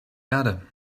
erde